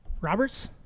Roberts